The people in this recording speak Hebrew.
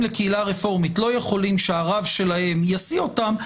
לקהילה הרפורמית לא יכולים שהרב שלהם יסיע אותם,